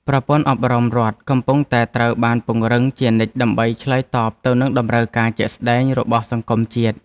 ប្រព័ន្ធអប់រំរដ្ឋកំពុងតែត្រូវបានពង្រឹងជានិច្ចដើម្បីឆ្លើយតបទៅនឹងតម្រូវការជាក់ស្តែងរបស់សង្គមជាតិ។